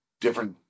different